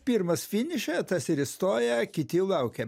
pirmas finiše tas ir įstoja kiti laukia